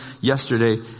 yesterday